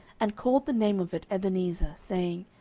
and called the name of it ebenezer, saying,